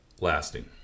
lasting